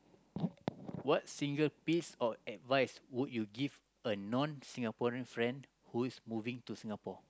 what single piece of advice would you give a non Singaporean friend who is moving to Singapore